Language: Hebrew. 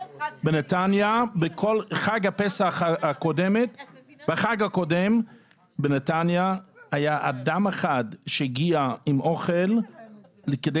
בחג הפסח הקודם היה אדם אחד שהגיע עם אוכל כדי